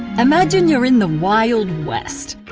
imagine you're in the wild west.